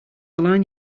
align